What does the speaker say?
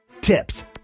Tips